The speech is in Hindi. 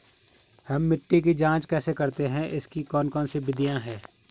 हम मिट्टी की जांच कैसे करते हैं इसकी कौन कौन सी विधियाँ है?